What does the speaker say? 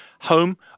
home